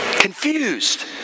Confused